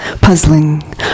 puzzling